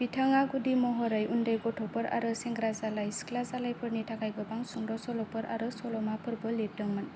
बिथाङा गुदि महरै उनदै गथ'फोर आरो सेंग्राजालाय सिख्लाजालायफोरनि थाखाय गोबां सुंद' सल'फोर आरो सल'माफोरबो लिरदोंमोन